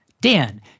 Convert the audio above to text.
Dan